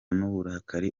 n’uburakari